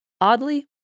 oddly